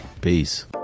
Peace